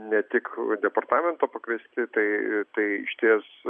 ne tik departamento pakviesti tai tai išties